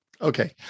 okay